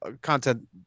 content